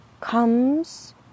comes